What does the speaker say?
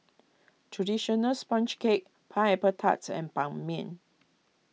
Traditional Sponge Cake Pineapple Tarts and Ban Mian